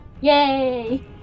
Yay